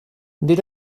nid